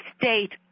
state